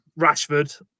Rashford